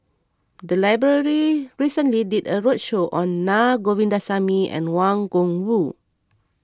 the library recently did a roadshow on Naa Govindasamy and Wang Gungwu